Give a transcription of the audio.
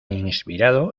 inspirado